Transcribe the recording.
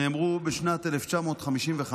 נאמרו בשנת 1955,